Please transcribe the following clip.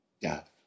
death